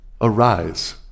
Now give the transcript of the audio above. Arise